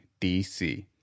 dc